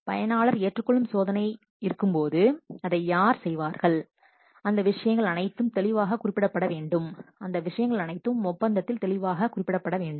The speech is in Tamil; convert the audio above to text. எனவே பயனாளர் ஏற்றுக்கொள்ளும் சோதனை இருக்கும் போதுஅதை யார் செய்வார்கள் அந்த விஷயங்கள் அனைத்தும் தெளிவாக குறிப்பிடப்பட வேண்டும் அந்த விஷயங்கள் அனைத்தும் ஒப்பந்தத்தில் தெளிவாக குறிப்பிடப்பட வேண்டும்